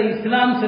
Islam